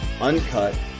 uncut